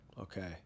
Okay